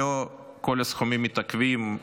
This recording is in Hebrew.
לא כל הסכומים מתעכבים.